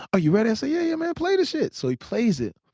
are you ready? i say, yeah, yeah man, play the shit. so he plays it.